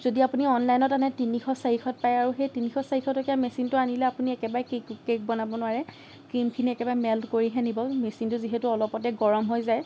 যদি আপুনি অনলাইনত আনে তিনিশ চাৰিশত পাই আৰু সেই তিনিশ চাৰিশটকীয়া মেচিনটো আনিলে আপুনি একেবাৰে কেক বনাব নোৱাৰে ক্ৰিমখিনি একেবাৰে মেল্ট কৰিহে নিব মেচিনটো যিহেতু অলপতে গৰম হৈ যায়